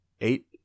eight